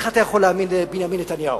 איך אתה יכול להאמין לבנימין נתניהו?